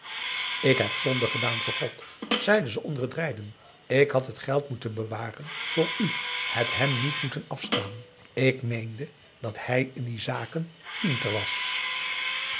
ik heb zonde gedaan voor god zeide ze onder het rijden ik had het geld moeten bewaren voor aum boe akar eel u het hem niet moeten afstaan ik meende dat hij in die zaken pinter was